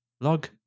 Log